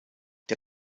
der